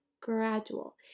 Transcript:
gradual